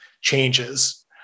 changes